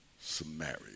Samaria